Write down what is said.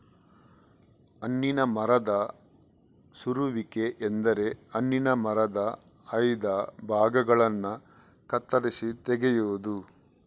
ಹಣ್ಣಿನ ಮರದ ಸರುವಿಕೆ ಎಂದರೆ ಹಣ್ಣಿನ ಮರದ ಆಯ್ದ ಭಾಗಗಳನ್ನ ಕತ್ತರಿಸಿ ತೆಗೆಯುದು